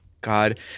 God